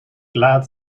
laad